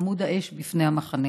עמוד האש בפני המחנה.